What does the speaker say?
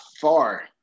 far